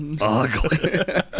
ugly